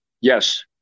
Yes